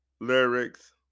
lyrics